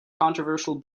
controversial